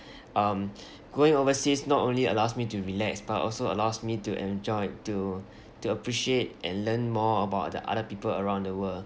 um going overseas not only allows me to relax but also allows me to enjoy to to appreciate and learn more about the other people around the world